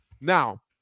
Now